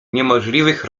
niemożliwych